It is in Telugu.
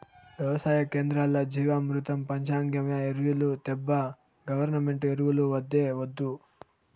వెవసాయ కేంద్రాల్ల జీవామృతం పంచగవ్య ఎరువులు తేబ్బా గవర్నమెంటు ఎరువులు వద్దే వద్దు